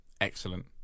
Excellent